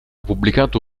pubblicato